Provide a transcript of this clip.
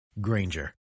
Granger